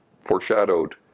foreshadowed